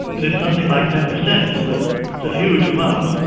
and it's something like ten percent, it's a huge amount.